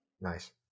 Nice